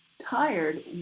tired